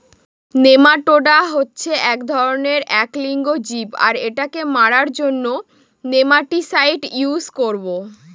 nematoda হচ্ছে এক ধরনের এক লিঙ্গ জীব আর এটাকে মারার জন্য নেমাটিসাইড ইউস করবো